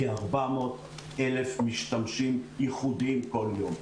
כ-400,000 משתמשים ייחודיים נכנסים כל יום,